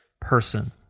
person